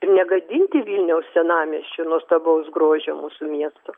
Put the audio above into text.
negadinti vilniaus senamiesčio nuostabaus grožio mūsų miesto